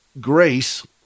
Grace